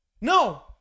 No